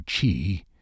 Chi